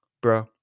bro